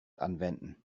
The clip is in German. anwenden